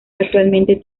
actualmente